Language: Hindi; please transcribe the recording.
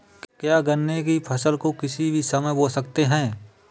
क्या गन्ने की फसल को किसी भी समय बो सकते हैं?